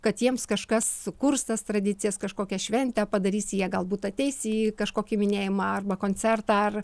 kad jiems kažkas sukurs tas tradicijas kažkokią šventę padarys jie galbūt ateis į kažkokį minėjimą arba koncertą ar